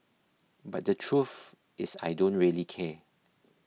but the truth is I don't really care